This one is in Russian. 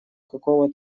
какого